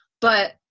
But-